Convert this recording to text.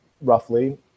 roughly